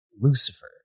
Lucifer